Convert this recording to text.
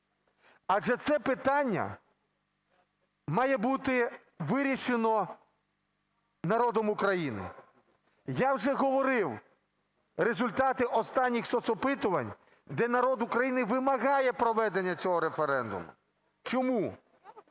адже це питання має бути вирішено народом України. Я вже говорив результати останніх соцопитувань, де народ України вимагає проведення цього референдуму. Чому?